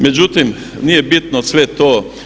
Međutim, nije bitno sve to.